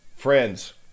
Friends